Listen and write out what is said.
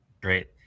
Great